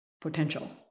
potential